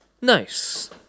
Nice